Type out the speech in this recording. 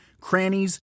crannies